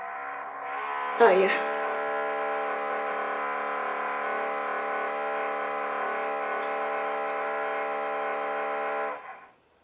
uh ya